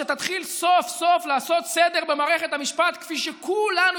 שתתחיל סוף-סוף לעשות סדר במערכת המשפט כפי שכולנו